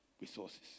resources